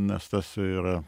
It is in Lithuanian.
nes tas yr